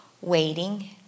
waiting